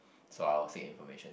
so I would say information